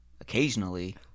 occasionally